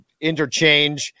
interchange